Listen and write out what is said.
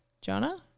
Jonah